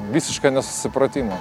visišką nesusipratimą